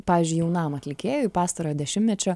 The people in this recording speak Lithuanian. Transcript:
pavyzdžiui jaunam atlikėjui pastarojo dešimtmečio